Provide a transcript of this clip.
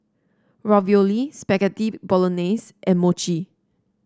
Ravioli Spaghetti Bolognese and Mochi